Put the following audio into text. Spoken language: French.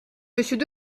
monsieur